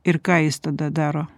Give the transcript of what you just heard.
ir ką jis tada daro